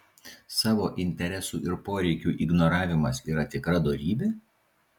savo interesų ir poreikių ignoravimas yra tikra dorybė